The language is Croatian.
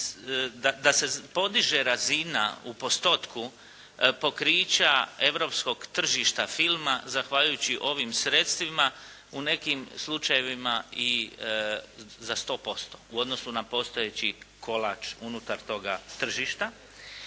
da se podiže razina u postotku pokrića europskog tržišta filma zahvaljujući ovim sredstvima u nekim slučajevima i za 100% u odnosu na postojeći kolač unutar toga tržišta.